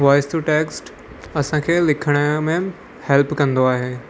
voice to text असांखे लिखण में हेल्प कंदो आहे